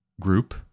group